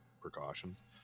precautions